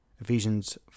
Ephesians